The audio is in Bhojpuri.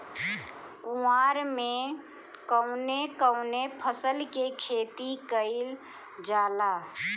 कुवार में कवने कवने फसल के खेती कयिल जाला?